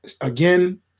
Again